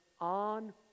on